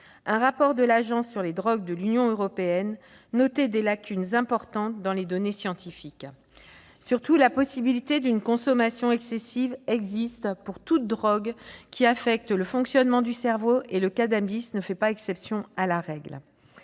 Un rapport de l'Observatoire européen des drogues et des toxicomanies notait « des lacunes importantes dans les données scientifiques ». Surtout, la possibilité d'une consommation excessive existe pour toute drogue affectant le fonctionnement du cerveau, et le cannabis ne fait pas exception à la règle.